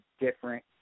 different